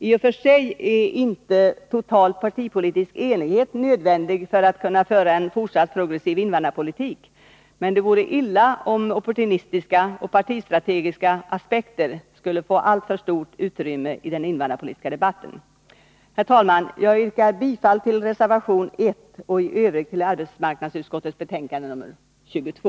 I och för sig är inte total partipolitisk enighet nödvändig för att vi skall kunna föra en fortsatt progressiv invandrarpolitik, men det vore illa om opportunistiska och partistrategiska aspekter skulle få alltför stort utrymme i den invandrarpolitiska debatten. Herr talman! Jag yrkar bifall till reservation 1 och i övrigt bifall till arbetsmarknadsutskottets hemställan i dess betänkande 22.